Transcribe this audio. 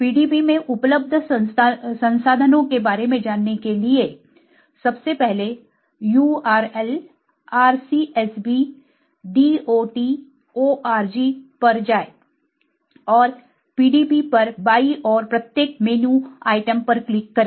PDB में उपलब्ध संसाधनों के बारे में जानने के लिए सबसे पहले url rcsb dot org पर जाएं और PDB पर बाईं ओर प्रत्येक मेनू आइटम पर क्लिक करें